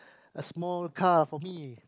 a small car for me